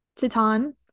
Titan